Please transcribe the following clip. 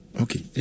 okay